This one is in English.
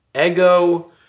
Ego